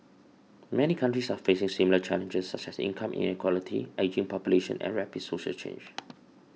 many countries are facing similar challenges such as income inequality ageing population and rapid social change